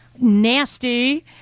nasty